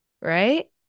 Right